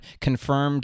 confirmed